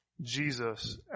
Jesus